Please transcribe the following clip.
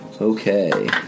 Okay